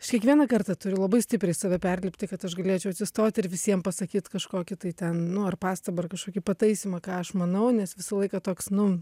aš kiekvieną kartą turiu labai stipriai save perlipti kad aš galėčiau atsistoti ir visiems pasakyt kažkokį tai ten nu ar pastabą ar kažkokį pataisymą ką aš manau nes visą laiką toks nu